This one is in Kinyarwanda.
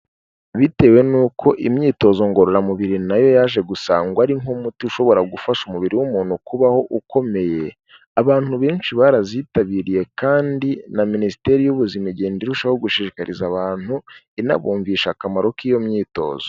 Bitewe n'uko imyitozo ngororamubiri na yo yaje gusangwa ari nk'umuti ushobora gufasha umubiri w'umuntu kubaho ukomeye, abantu benshi barazitabiriye kandi na minisiteri y'ubuzima igenda irushaho gushishikariza abantu, inabumvisha akamaro k'iyo myitozo.